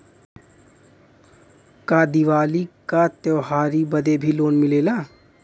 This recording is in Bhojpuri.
का दिवाली का त्योहारी बदे भी लोन मिलेला?